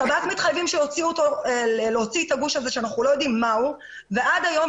שב"ס מתחייבים להוציא את הגוש הזה שאנחנו לא יודעים מה הוא ועד היום,